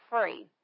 free